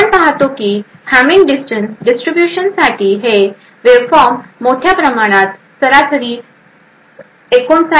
आपण पाहतो की या हॅमिंग डिस्टन्स डिस्ट्रीब्यूशन साठी हे वेव्हफॉर्म मोठ्या प्रमाणात सरासरी 59